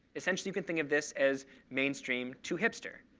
essentially, you can think of this as mainstream to hipster.